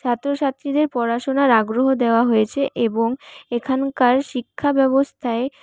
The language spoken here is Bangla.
ছাত্র ছাত্রীদের পড়াশোনার আগ্রহ দেওয়া হয়েছে এবং এখানকার শিক্ষাব্যবস্থায়